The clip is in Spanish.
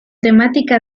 temática